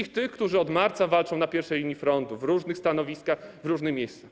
Do tych wszystkich, którzy od marca walczą na pierwszej linii frontu, na różnych stanowiskach, w różnych miejscach.